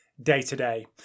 day-to-day